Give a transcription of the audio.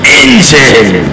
engine